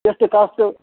ಎಷ್ಟು ಕಾಸ್ಟು